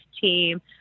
team